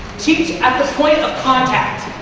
teach at the point of contact.